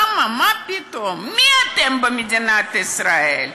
למה, מה פתאום, מי אתם במדינת ישראל?